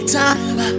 time